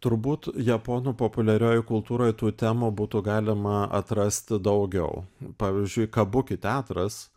turbūt japonų populiariojoj kultūroj tų temų būtų galima atrasti daugiau pavyzdžiui kabuki teatras